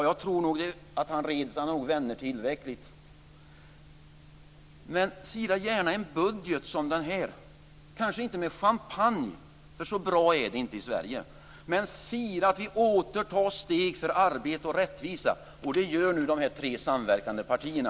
Jag tror nog att han har tillräckligt med vänner. Men fira gärna en budget som den här, kanske inte med champagne, för så bra är det inte i Sverige. Men fira att vi åter tar steg för arbete och rättvisa, och det gör nu de tre samverkande partierna.